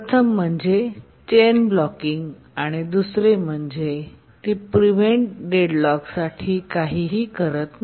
प्रथम chain blocking करणे आणि नंतर दुसरे म्हणजे ते प्रिव्हेंट डेडलॉकसाठी काहीही करत नाही